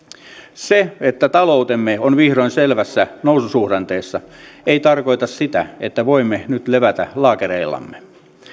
se että taloutemme on vihdoin selvässä noususuhdanteessa ei tarkoita sitä että voimme nyt levätä laakereillamme